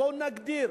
בואו נגדיר,